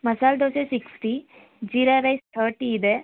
ಮಸಾಲೆ dosa sixty jeera rice thirty ಇದೆ